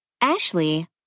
Ashley